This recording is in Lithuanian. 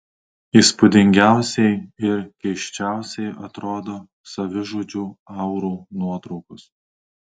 įspūdingiausiai ir keisčiausiai atrodo savižudžių aurų nuotraukos